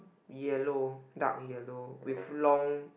yellow dark yellow with long